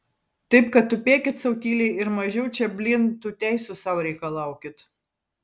taip kad tupėkit sau tyliai ir mažiau čia blyn tų teisių sau reikalaukit